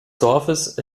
dorfes